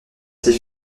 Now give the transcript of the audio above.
ces